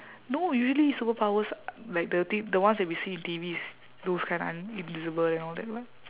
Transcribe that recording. no usually superpowers like the T the ones that we see in T_Vs those kind un~ invisible you know that one